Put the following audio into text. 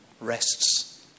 rests